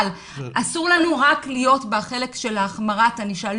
אסור לנו להיות רק בחלק של החמרת הענישה.